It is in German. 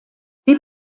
die